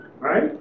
right